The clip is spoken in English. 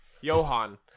Johan